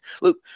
Look